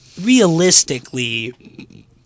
realistically